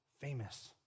famous